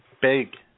Big